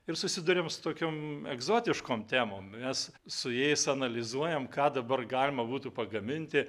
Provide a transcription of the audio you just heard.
ir susiduriam su tokiom egzotiškom temom mes su jais analizuojam ką dabar galima būtų pagaminti